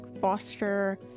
foster